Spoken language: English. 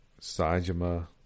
Sajima